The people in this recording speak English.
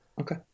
Okay